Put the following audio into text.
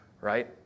right